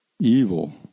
evil